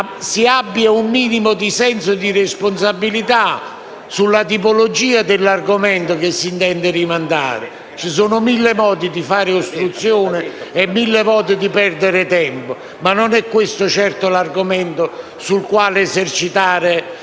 si abbia un minimo di senso di responsabilità relativamente all'argomento che si intende rimandare. Ci sono mille modi di fare ostruzionismo e mille modi di perdere tempo ma non è certo questo l'argomento sul quale esercitare